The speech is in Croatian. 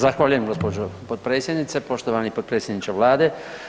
Zahvaljujem gospođo potpredsjednice, poštovani potpredsjedniče Vlade.